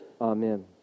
Amen